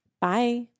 Bye